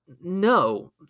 no